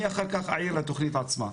אחר כך אעיר על התוכנית עצמה.